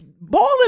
balling